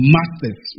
Masters